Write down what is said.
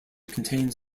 contains